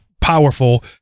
powerful